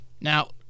Now